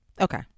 Okay